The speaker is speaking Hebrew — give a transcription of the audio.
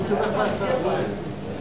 עשר דקות.